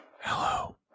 Hello